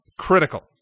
Critical